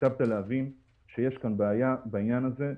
הטבת להבין שיש בעיה בעניין הזה.